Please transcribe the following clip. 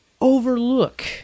overlook